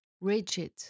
Rigid